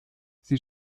sie